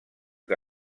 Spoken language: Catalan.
que